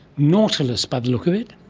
nautilus by the look of it.